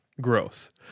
Gross